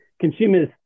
consumers